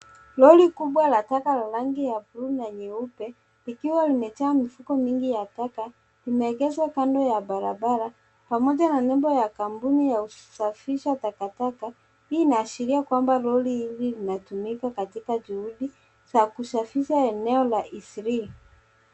Lori kubwa la taka la rangi ya buluu na nyeupe likiwa limejaa mifuko mingi ya taka imeegezwa kando ya barabara pamoja ya nyumba ya kampuni ya kusafisha taka. Hii inaashiria kuwa lori linatumika katika juhudi za kusafisha eneo la eastleigh.